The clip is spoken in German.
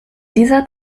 dieser